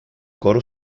coro